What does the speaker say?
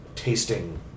Tasting